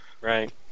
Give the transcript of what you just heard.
Right